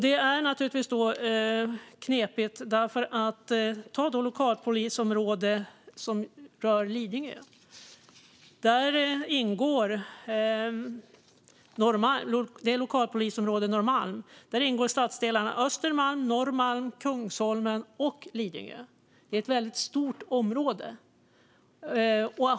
Det är naturligtvis knepigt. Vi kan ta det lokalpolisområde som rör Lidingö. Det är lokalpolisområde Norrmalm. Där ingår stadsdelarna Östermalm, Norrmalm, Kungsholmen och Lidingö. Det är ett väldigt stort område.